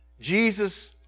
Jesus